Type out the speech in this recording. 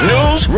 News